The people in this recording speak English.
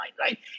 right